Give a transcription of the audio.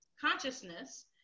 consciousness